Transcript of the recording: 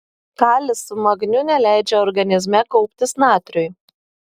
kalis su magniu neleidžia organizme kauptis natriui